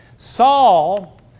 Saul